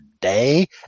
day